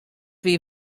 wie